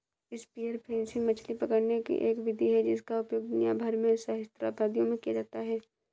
spear fishing मछली पकड़ने की एक विधि है जिसका उपयोग दुनिया भर में सहस्राब्दियों से किया जाता रहा है